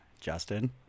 Justin